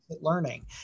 learning